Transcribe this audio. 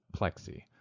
plexi